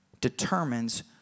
determines